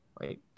Right